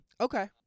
Okay